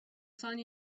sunny